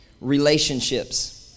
relationships